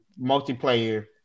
multiplayer